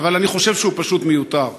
אבל אני חושב שהוא פשוט מיותר.